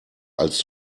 als